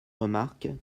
remarque